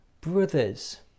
brothers